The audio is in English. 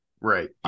Right